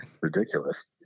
ridiculous